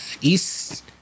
East